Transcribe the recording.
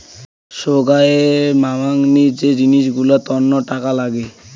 সোগায় মামাংনী যে জিনিস গুলার তন্ন টাকা লাগে